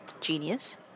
Genius